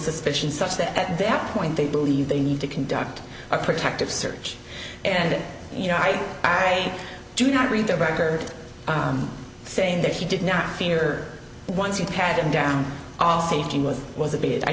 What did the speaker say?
suspicion such that at that point they believe they need to conduct a protective search and you know i i do not read the record saying that he did not fear once you've had him down all safety was was a bit i